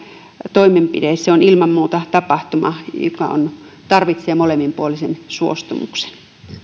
toimenpide se on ilman muuta tapahtuma joka tarvitsee molemminpuolisen suostumuksen